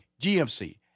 GMC